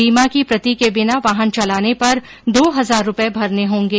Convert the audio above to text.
बीमा की प्रति के बिना वाहन चलाने पर दो हजार रुपये भरने होंगे